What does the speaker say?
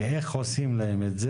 ואיך עושים את זה.